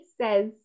says